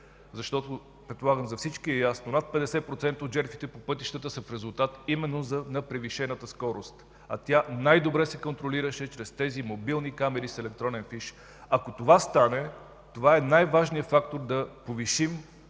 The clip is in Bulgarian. режими. Предполагам, че за всички е ясно – над 50% от жертвите по пътищата са в резултат именно на превишената скорост. А тя най-добре се контролираше чрез тези мобилни камери с електронен фиш. Ако това стане, то ще е най-важният фактор да повишим